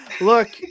Look